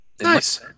Nice